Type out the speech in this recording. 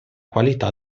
qualità